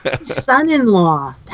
Son-in-law